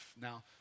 Now